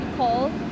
cold